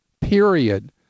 period